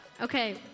Okay